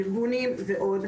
ארגונים ועוד,